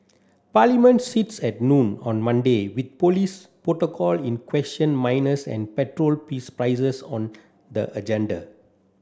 parliament sits at noon on Monday with police protocol in question minors and petrol peace prices on the agenda